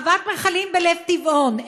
חוות מכלים בלב טבעון,